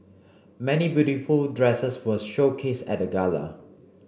many beautiful dresses were showcased at the gala